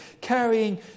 carrying